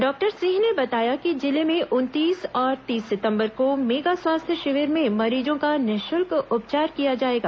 doctor Singh ने बताया कि जिले में उनतीस और तीस सितंबर को मेगा स्वास्थ्य शिविर में मरीजों का निःशुल्क उपचार किया जाएगा